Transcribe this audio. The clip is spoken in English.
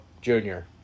Junior